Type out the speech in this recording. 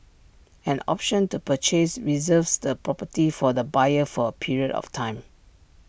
an option to purchase reserves the property for the buyer for A period of time